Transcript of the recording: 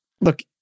look